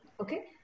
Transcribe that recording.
Okay